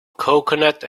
coconut